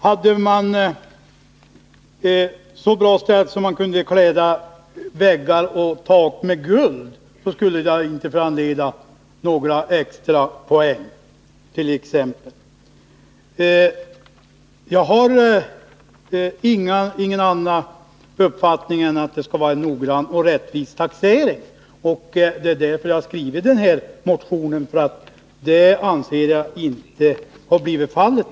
Hade man det så bra ställt att man t.ex. kunde klä väggar och tak med guld skulle det inte föranleda några extra poäng. Jag har ingen annan uppfattning än att det skall vara en noggrann och rättvis taxering. Det är därför jag skrivit den här motionen. Jag anser nämligen inte att taxeringen varit sådan.